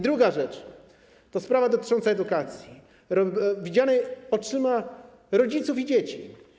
Druga rzecz to sprawa dotycząca edukacji widzianej oczyma rodziców i dzieci.